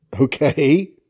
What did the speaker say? Okay